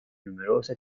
numerose